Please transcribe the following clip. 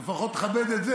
אז לפחות תכבד את זה,